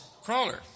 crawler